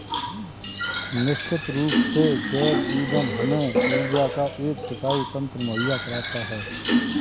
निश्चित रूप से जैव ईंधन हमें ऊर्जा का एक टिकाऊ तंत्र मुहैया कराता है